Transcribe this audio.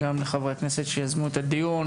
לחברי הכנסת שיזמו את הדיון,